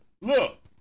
look